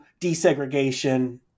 desegregation